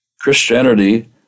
Christianity